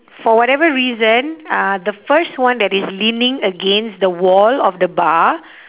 for whatever reason uh the first one that is leaning against the wall of the bar